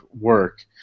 work